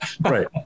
Right